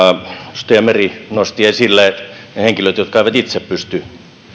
edustaja meri nosti esille henkilöt jotka eivät itse pysty